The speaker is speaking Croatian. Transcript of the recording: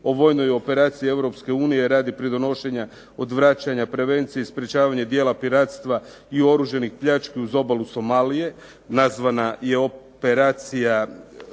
o vojnoj operaciji Europske unije radi pridonošenja, odvraćanja, prevencije i sprječavanja dijela piratstva i oružanih pljački uz obalu Somalije nazvana je operacija